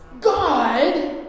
God